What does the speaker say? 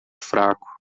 fraco